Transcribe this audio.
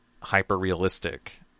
hyper-realistic